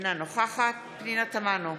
אינה נוכחת פנינה תמנו,